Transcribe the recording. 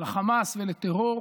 לחמאס ולטרור,